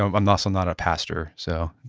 um and so not a pastor. so